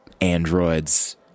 androids